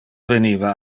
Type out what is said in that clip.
veniva